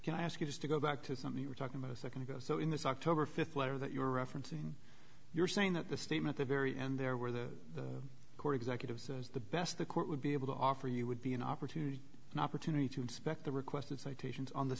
i ask you just to go back to something you were talking a second ago so in this october fifth letter that you're referencing you're saying that the statement the very end there were the core executives is the best the court would be able to offer you would be an opportunity an opportunity to inspect the requested citations on the